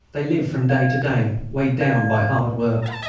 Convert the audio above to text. they live from day to day, weighed down by hard work.